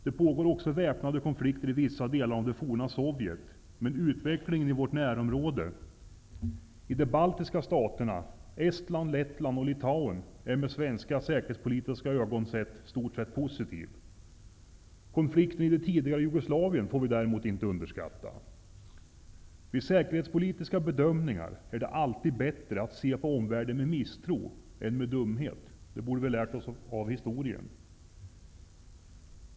Det pågår också väpnade konflikter i vissa delar av det forna Sovjetunionen, men utvecklingen i vårt närområde - i de baltiska staterna Estland, Lettland och Litauen - är med svenska säkerhetspolitiska ögon sett i stort sett positiv. Konflikten i det tidigare Jugoslavien får däremot inte underskattas. Vid säkerhetspolitiska bedömningar är det alltid bättre att se på omvärlden med misstro än med dumhet - det borde vi ha lärt oss av historien.